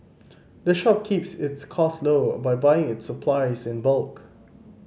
the shop keeps its cost low by buying its supplies in bulk